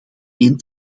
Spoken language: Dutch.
één